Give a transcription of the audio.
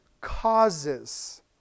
causes